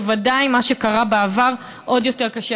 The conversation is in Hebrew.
ובוודאי מה שקרה בעבר עוד יותר קשה.